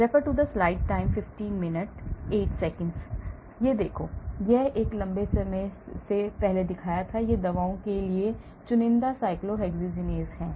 यह देखो मैंने यह लंबे समय से पहले दिखाया था ये दवाओं के लिए चुनिंदा cyclooxygenase हैं